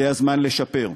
זה הזמן לשפר.